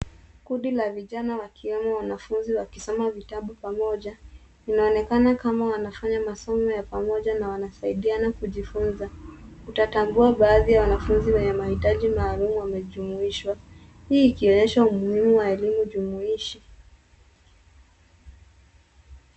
Kundi la vijana wakiwemo wanafunzi, wakifanya kazi pamoja. Inaonekana kama wanafanya masomo ya pamoja na wanasaidiana kujifunza. Kutatambua baadhi ya wanafunzi wenye mahitaji maalum wamejumuishwa. Hii ikionyesha umuhimu wa elimu jumuishi.